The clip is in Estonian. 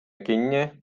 kinni